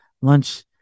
lunch